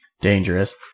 dangerous